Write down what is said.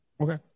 Okay